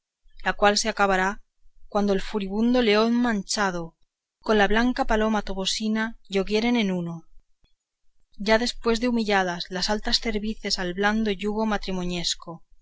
la cual se acabará cuando el furibundo león manchado con la blanca paloma tobosina yoguieren en uno ya después de humilladas las altas cervices al blando yugo